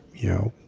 you know,